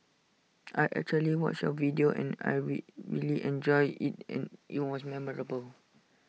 I actually watched your video and really enjoyed IT and IT was memorable